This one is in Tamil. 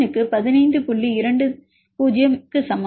20 க்கு சமம்